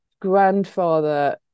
grandfather